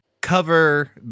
cover